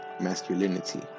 masculinity